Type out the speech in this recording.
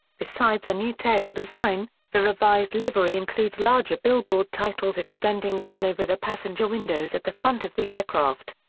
besides a new tail design, the revised livery includes larger billboard titles extending down over the passenger windows at the front of the aircraft.